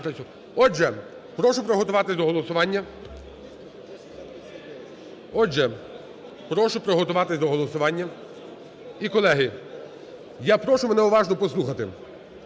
Отже, прошу приготуватись до голосування. І, колеги, я прошу мене уважно послухати.